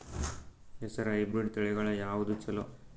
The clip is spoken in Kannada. ಹೆಸರ ಹೈಬ್ರಿಡ್ ತಳಿಗಳ ಯಾವದು ಚಲೋ?